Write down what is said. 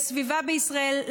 לסביבה בישראל,